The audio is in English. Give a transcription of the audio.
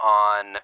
on